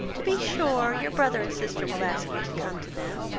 to be sure, your brother and sister will ask you to come to them.